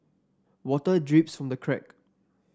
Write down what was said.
water drips from the crack